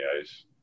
ice